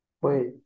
Wait